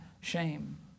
shame